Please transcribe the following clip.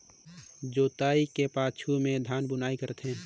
जोतई के पाछू में धान बुनई करथे